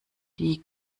die